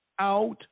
out